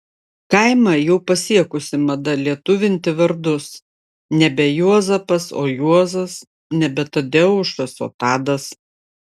kaimą jau pasiekusi mada lietuvinti vardus nebe juozapas o juozas nebe tadeušas o tadas